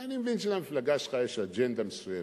אני מבין שלמפלגה שלך יש אג'נדה מסוימת,